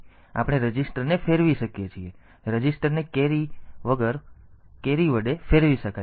તેથી આપણે રજીસ્ટરને ફેરવી શકીએ છીએ રજીસ્ટરને કેરી વગેર વગર કેરી વડે ફેરવી શકાય છે